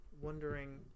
wondering